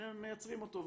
שמייצרים אותו ואומרים,